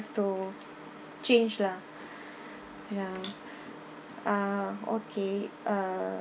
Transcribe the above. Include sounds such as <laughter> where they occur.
to change lah <breath> ya ah okay uh